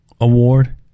Award